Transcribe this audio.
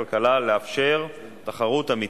עלול לפגוע לכאורה באפשרות של חברות להתחרות על